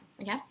okay